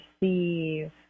receive